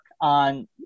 on